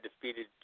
defeated